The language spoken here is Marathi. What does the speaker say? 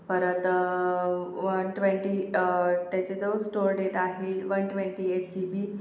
परत वन ट्वेन्टी त्याचे जो स्टोर डेटा आहे वन ट्वेन्टी एट जी बी